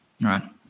Right